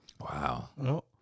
Wow